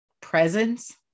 presence